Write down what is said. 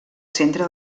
centre